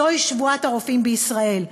זוהי שבועת הרופאים בישראל.